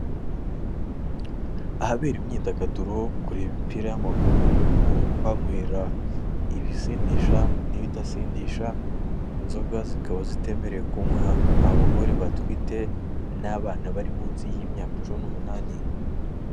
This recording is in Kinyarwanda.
Ahabera imyidagaduro kureba imipira y'amaguru, kuhanywera ibisindisha n'ibidasindisha, inzoga zikaba zitemerewe kunywa abagore batwite n'abana bari munsi y'imyaka cumi n'umunani.